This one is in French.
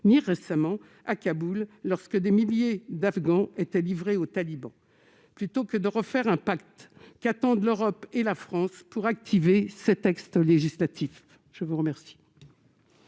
ni récemment, à Kaboul, lorsque des milliers d'Afghans étaient livrés aux talibans ? Plutôt que de refaire un pacte, qu'attendent l'Europe et la France pour activer les textes existants ? La parole